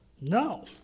no